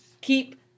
keep